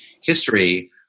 history